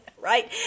right